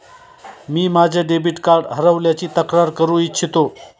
मी माझे debit card हरवल्याची तक्रार करू इच्छितो